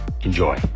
Enjoy